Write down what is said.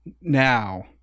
Now